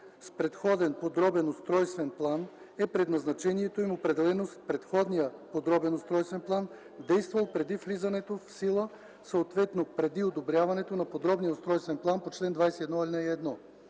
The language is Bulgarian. с предходен подробен устройствен план, е предназначението им, определено с предходния подробен устройствен план, действал преди влизането в сила, съответно преди одобряването на подробния устройствен план по чл. 21,